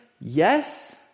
yes